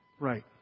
Right